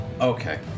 Okay